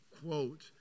quote